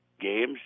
games